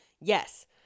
Yes